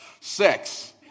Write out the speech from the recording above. Sex